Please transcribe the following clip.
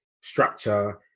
structure